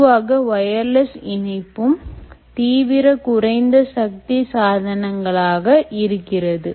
பொதுவாக வயர்லெஸ் இணைப்பும் தீவிர குறைந்த சக்தி சாதனங்களாக இருக்கிறது